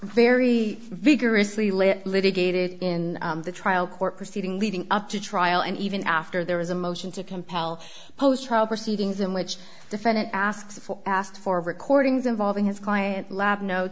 very vigorously late litigated in the trial court proceeding leading up to trial and even after there was a motion to compel post trial proceedings in which defendant asks for asked for recordings involving his client lab no